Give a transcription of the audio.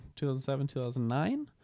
2007-2009